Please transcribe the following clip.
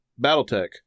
Battletech